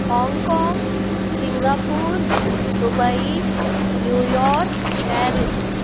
Hong Kong Singapore Dubai New York Paris